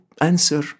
answer